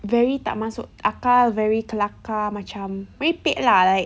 very tak masuk akal very kelakar macam merepek lah like